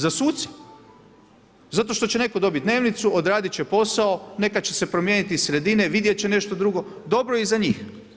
Za suce, zato što će netko dobiti dnevnicu, odraditi će posao, nekada će se promijeniti i sredine i vidjeti će nešto drugo, dobro je i za njih.